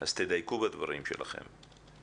אז תדייקו בדברים שלכם,